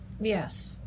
yes